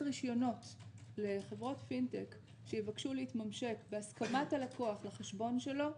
רשיונות לחברות פינטק שיבקשו להתממשק בהסכמת הלקוח לחשבון שלו,